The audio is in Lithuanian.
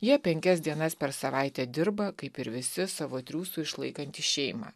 jie penkias dienas per savaitę dirba kaip ir visi savo triūsu išlaikantys šeimą